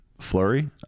Flurry